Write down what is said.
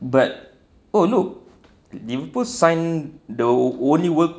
but oh look dia pun sign the only work